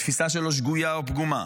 שהתפיסה שלו שגויה או פגומה.